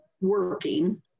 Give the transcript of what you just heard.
working